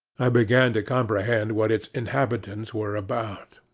i began to comprehend what its inhabitants were about.